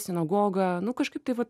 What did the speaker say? sinagoga nu kažkaip tai va